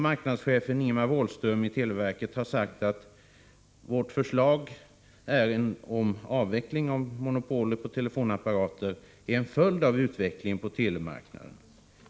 Marknadschefen Ingemar Wåhlström har sagt att förslaget om avveckling av monopolet på telefonapparater är en följd av utvecklingen på telemarknaden.